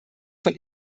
von